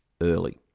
early